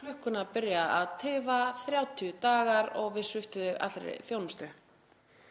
klukkuna byrja að tifa; 30 dagar og við sviptum þig allri þjónustu.